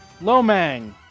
Lomang